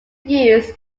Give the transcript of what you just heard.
views